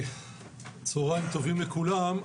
צהרים טובים לכולם.